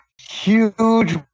huge